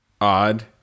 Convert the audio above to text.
odd